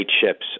ships